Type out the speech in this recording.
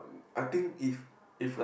I think if if like